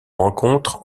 rencontre